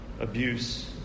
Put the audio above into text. abuse